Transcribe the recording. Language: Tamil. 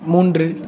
மூன்று